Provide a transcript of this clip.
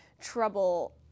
trouble